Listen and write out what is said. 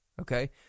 okay